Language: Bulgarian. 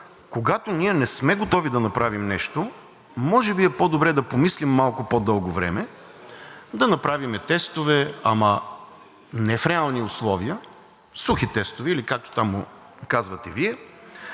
когато ние не сме готови да направим нещо, може би е по-добре да помислим малко по-дълго време. Да направим тестове, ама не в реални условия, сухи тестове или както там му казвате Вие.